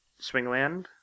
swingland